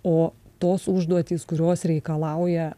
o tos užduotys kurios reikalauja